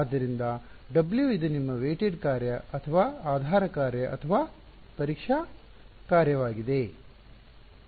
ಆದ್ದರಿಂದ W ಇದು ನಿಮ್ಮ ವೆಟೆಡ್ ಕಾರ್ಯ ಅಥವಾ ಆಧಾರ ಕಾರ್ಯ ಅಥವಾ ಪರೀಕ್ಷಾ ಕಾರ್ಯವಾಗಿದೆ